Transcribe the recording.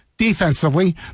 Defensively